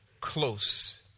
close